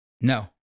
No